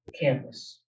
Campus